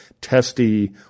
testy